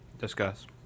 discuss